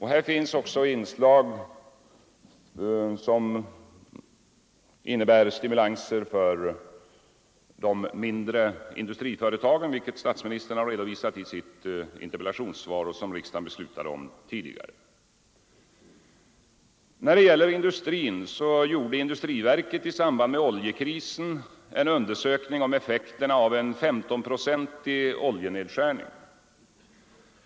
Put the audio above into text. Här finns också inslag som innebär stimulanser för de mindre industriföretagen, vilket statsministern har redovisat i sitt interpellationssvar och som riksdagen beslutat om tidigare. När det gäller industrin gjorde industriverket i samband med oljekrisen en undersökning rörande effekterna av en 15-procentig oljenedskärning.